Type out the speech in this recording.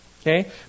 Okay